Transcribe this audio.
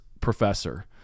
professor